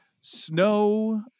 snow